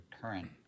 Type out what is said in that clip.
current